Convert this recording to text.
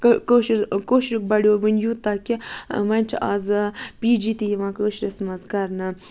کٲشِرکٲشِرُک بڑیو وٕنۍ یوٗتاہ کہِ وۄنۍ چھِ آزٕ پی جی تہِ یِوان کٲشِرِس منٛز کرنہٕ